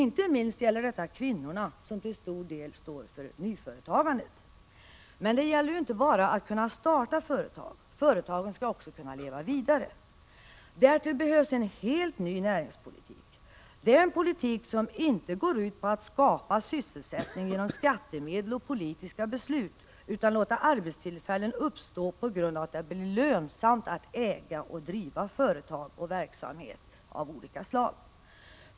Inte minst gäller detta kvinnorna, som till stor del står för nyföretagandet. Men, det gäller inte bara att kunna starta företag, företagen skall också kunna leva vidare. Därför behövs en helt ny näringspolitik. Det är en politik som inte går ut på att skapa sysselsättning genom skattemedel och politiska beslut utan på att låta arbetstillfällen uppstå på grund av att det blir lönsamt att äga och driva företag och verksamhet av olika slag.